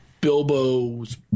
Bilbo's